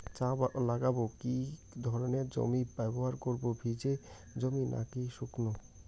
চা লাগাবো কি ধরনের জমি ব্যবহার করব ভিজে জমি নাকি শুকনো?